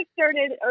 started